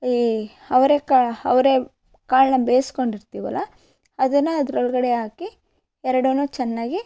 ಈ ಅವರೆಕಾಳ ಅವರೆ ಕಾಳನ್ನ ಬೇಯ್ಸ್ಕೊಂಡಿರ್ತೀವಲ್ಲ ಅದನ್ನು ಅದ್ರ ಒಳಗಡೆ ಹಾಕಿ ಎರಡೂನು ಚೆನ್ನಾಗಿ